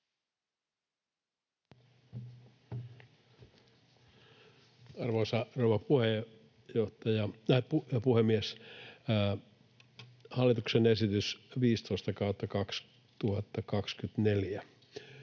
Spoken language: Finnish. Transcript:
Arvoisa rouva puhemies! Hallituksen esitys 15/2024: